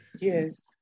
Yes